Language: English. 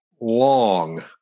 long